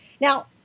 Now